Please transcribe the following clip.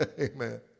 Amen